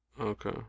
Okay